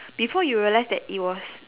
before you realize that it was